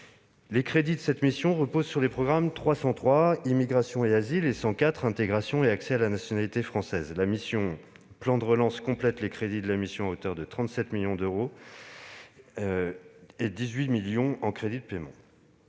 Les crédits de cette mission reposent sur les programmes 303, « Immigration et asile », et 104, « Intégration et accès à la nationalité française ». La mission « Plan de relance » complète les crédits de la mission à hauteur de 37 millions d'euros en autorisations d'engagement